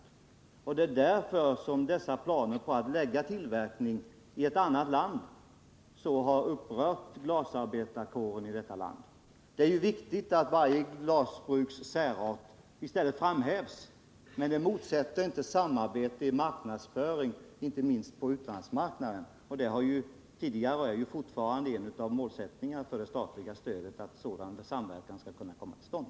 Det är 51 därför som planerna på att lägga ut tillverkning i ett annat land så har upprört glasbruksarbetarkåren i detta land. Det är viktigt att varje glasbruks särart framhävs, men det talar inte emot samarbete i marknadsföring, inte minst på utlandsmarknaden. En av målsättningarna för det statliga stödet är ju också att en sådan samverkan skall kunna komma till stånd.